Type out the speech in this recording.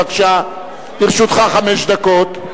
בבקשה, לרשותך חמש דקות.